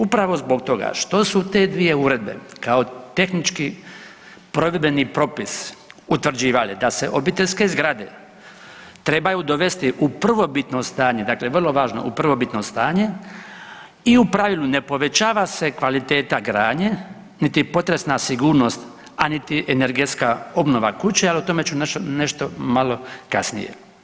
Upravo zbog toga što su te dvije uredbe kao tehnički provedbeni propis utvrđivale da se obiteljske zgrade trebaju dovesti u prvobitno stanje dakle vrlo važno u prvobitno stanje i u pravilu ne povećava se kvaliteta gradnje niti potresna sigurnost, a niti energetska obnova kuće ali o tome ću nešto malo kasnije.